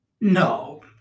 No